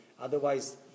Otherwise